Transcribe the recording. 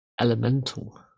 elemental